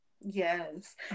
yes